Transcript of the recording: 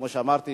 כמו שאמרתי,